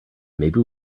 maybe